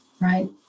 right